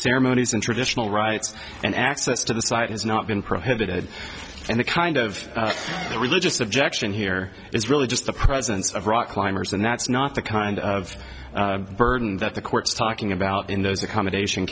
ceremonies and traditional rites and access to the site has not been prohibited and the kind of the religious objection here is really just the presence of rock climbers and that's not the kind of burden that the courts talking about in those accommodation